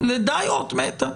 לאות מתה.